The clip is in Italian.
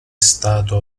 stato